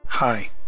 Hi